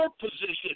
position